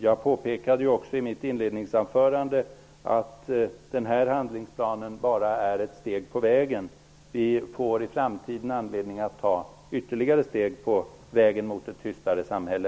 Jag påpekade ju också i mitt inledningsanförande att den här handlingsplanen bara är ett steg på vägen. Vi får i framtiden anledning att ta ytterligare steg på vägen mot ett tystare samhälle.